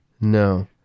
no